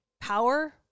power